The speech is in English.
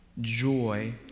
joy